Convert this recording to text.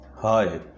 Hi